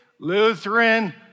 Lutheran